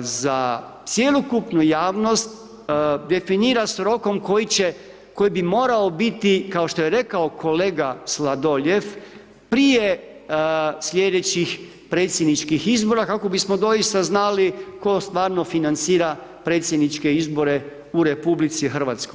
za cjelokupnu javnost definira s rokom koji bi morao biti kao što je rekao kolega Sladoljev, prije slijedećih predsjedničkih izbora kako bi smo doista znali tko stvarno financira predsjedničke izbore u RH.